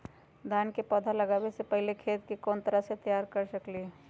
धान के पौधा लगाबे से पहिले खेत के कोन तरह से तैयार कर सकली ह?